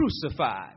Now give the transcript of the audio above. crucified